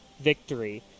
victory